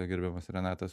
gerbiamas renatas